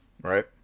right